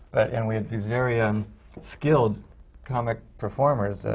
and we had these very and skilled comic performers,